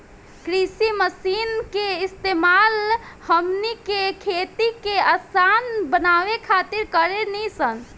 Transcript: कृषि मशीन के इस्तेमाल हमनी के खेती के असान बनावे खातिर कारेनी सन